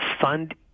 fund